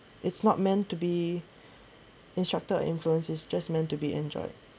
it's not meant to be instructed influence it's just meant to be enjoyed